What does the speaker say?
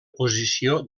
posició